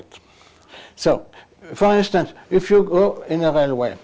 it so for instance if you go another way